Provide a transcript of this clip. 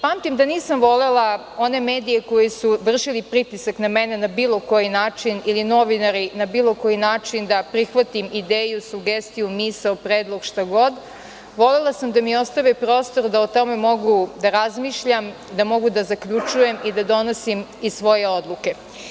Pamtim da nisam volela one medije koji su vršili pritisak na mene na bilo koji način ili novinari na bilo koji način, da prihvatim ideju, sugestiju, misao, predlog, šta god, volela sam da mi ostave prostor da o tome mogu da razmišljam, da mogu da zaključujem i da donosim i svoje odluke.